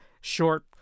short